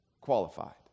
qualified